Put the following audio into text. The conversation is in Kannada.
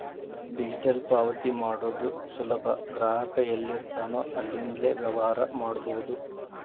ಡಿಜಿಟಲ್ ಪಾವತಿ ಮಾಡೋದು ಸುಲಭ ಗ್ರಾಹಕ ಎಲ್ಲಿರ್ತಾನೋ ಅಲ್ಲಿಂದ್ಲೇ ವ್ಯವಹಾರ ಮಾಡಬೋದು